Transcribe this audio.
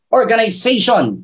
organization